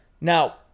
Now